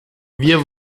wir